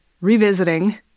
revisiting